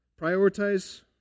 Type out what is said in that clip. prioritize